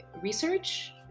research